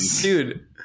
dude